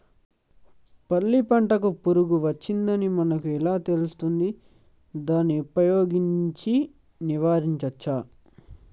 పల్లి పంటకు పురుగు వచ్చిందని మనకు ఎలా తెలుస్తది దాన్ని ఉపయోగించి నివారించవచ్చా?